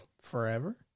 Forever